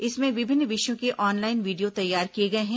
इसमें विभिन्न विषयों के ऑनलाईन वीडियो तैयार किए गए हैं